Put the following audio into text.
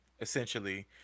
essentially